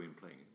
playing